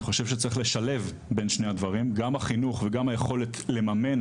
אני חושב שצריך לשלב בין שני הדברים גם החינוך וגם היכולת לממן